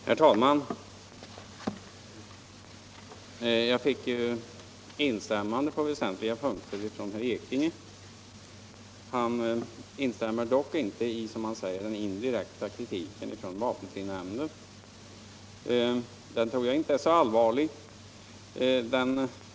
Herr talman! Jag fick instämmande på väsentliga punkter av herr Ekinge. Han instämmer dock inte i, som han säger, den indirekta kritiken av vapenfrinämnden. Men den kritiken tror jag inte är så allvarlig.